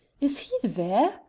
is he there?